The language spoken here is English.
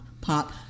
pop